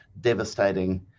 devastating